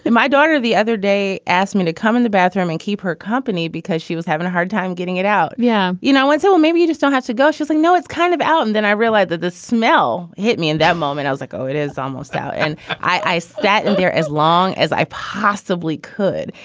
my daughter the other day asked me to come in the bathroom and keep her company because she was having a hard time getting it out. yeah. you know what? so maybe you just don't have to go. she's like, no, it's kind of out. and then i realized that the smell hit me in that moment. i was like, oh, it is almost out. and i sat and there as long as i possibly could.